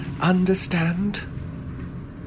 Understand